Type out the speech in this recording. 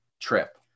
trip